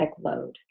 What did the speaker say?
load